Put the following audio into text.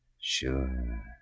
Sure